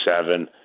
seven